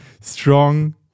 strong